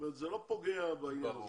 זאת אומרת, זה לא פוגע בעניין הזה.